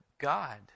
God